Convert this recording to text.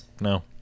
No